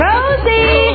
Rosie